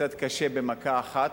קצת קשה במכה אחת,